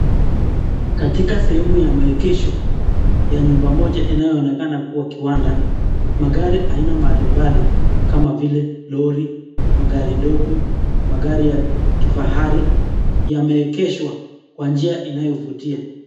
Katika sehemu ya maegesho ya nyumba moja inayoonekana kuwa kiwanda, magari aina mbalimbali kama vile lori, magari ndogo, magari ya kifahari, yameegeshwa kwa njia inayovutia.